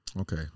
Okay